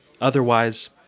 Otherwise